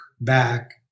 back